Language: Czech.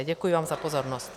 Děkuji vám za pozornost.